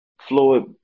Floyd